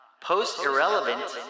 Post-irrelevant